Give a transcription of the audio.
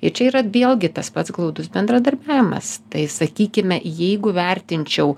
ir čia yra vėlgi tas pats glaudus bendradarbiavimas tai sakykime jeigu vertinčiau